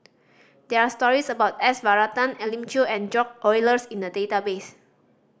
there are stories about S Varathan Elim Chew and George Oehlers in the database